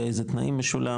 באיזה תנאים משולם